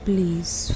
Please